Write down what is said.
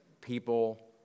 people